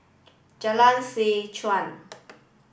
Jalan Seh Chuan